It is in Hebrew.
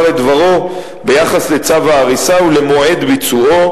את דברו ביחס לצו ההריסה ולמועד ביצועו,